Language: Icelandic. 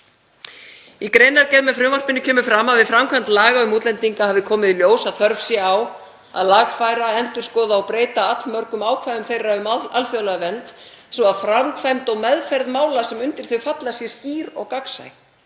Í greinargerð með frumvarpinu kemur fram að við framkvæmd laga um útlendinga hafi komið í ljós að þörf sé á að lagfæra, endurskoða og breyta allmörgum ákvæðum þeirra um alþjóðlega vernd svo að framkvæmd og meðferð mála sem undir þau falla sé skýr og gagnsæ.